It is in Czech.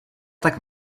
tak